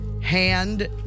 hand